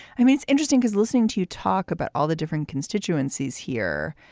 i mean, it's interesting because listening to you talk about all the different constituencies here,